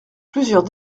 plusieurs